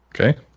Okay